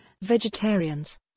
Vegetarians